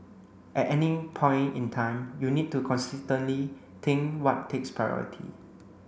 at any point in time you need to constantly think what takes priority